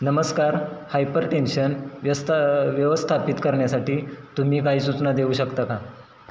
नमस्कार hypertension व्यस्त व्यवस्थापित करण्यासाठी तुम्ही काही सूचना देऊ शकता का